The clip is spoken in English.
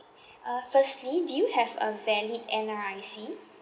uh firstly do you have a valid N_R_I_C